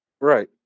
right